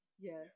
Yes